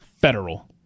federal